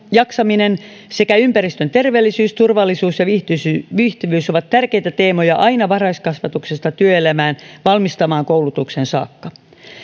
jaksaminen sekä ympäristön terveellisyys turvallisuus ja viihtyvyys ovat tärkeitä teemoja aina varhaiskasvatuksesta työelämään valmistavaan koulutukseen saakka